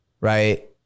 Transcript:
Right